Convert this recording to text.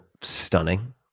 stunning